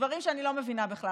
דברים שאני לא מבינה בכלל.